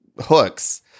hooks